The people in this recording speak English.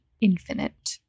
infinite